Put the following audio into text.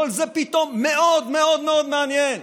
כל זה פתאום מאוד מאוד מאוד מעניין.